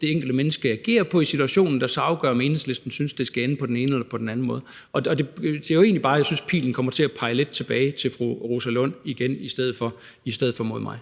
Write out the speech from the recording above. det enkelte menneske agerer på i situationen, der så afgør, om Enhedslisten synes, det skal ende på den ene eller på den anden måde. Det gør jo egentlig bare, at jeg synes, at pilen kommer til at pege lidt tilbage mod fru Rosa Lund igen i stedet for mod mig.